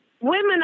women